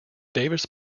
davis